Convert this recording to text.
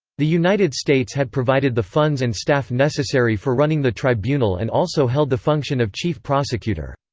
the united states had provided the funds and staff necessary for running the tribunal and also held the function of chief prosecutor.